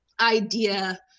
idea